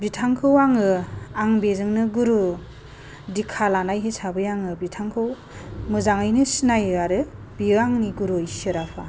बिथांखौ आङो आं बेजोंनो गुरु दिका लानाय हिसाबै आङो बिथांखौ मोजाङैनो सिनायो आरो बियो आंनि गुरु ईसोर आफा